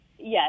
Yes